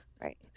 Right